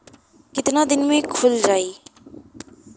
कितना दिन में खुल जाई?